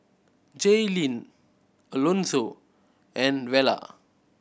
Jaylene Alonzo and Vela